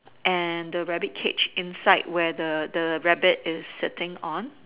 and the rabbit cage inside where the the rabbit is sitting on